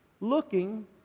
Looking